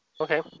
Okay